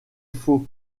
faux